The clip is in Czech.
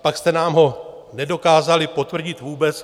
Pak jste nám ho nedokázali potvrdit vůbec.